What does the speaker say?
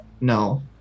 no